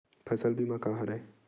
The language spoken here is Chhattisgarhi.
फसल बीमा का हरय?